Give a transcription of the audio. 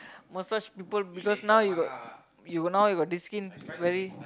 massage people because now you got now you got this skin very